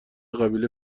قبیله